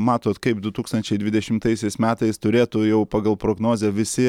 matot kaip du tūkstančiai dvidešimtaisiais metais turėtų jau pagal prognozę visi